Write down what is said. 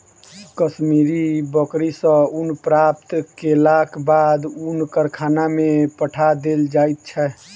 कश्मीरी बकरी सॅ ऊन प्राप्त केलाक बाद ऊनक कारखाना में पठा देल जाइत छै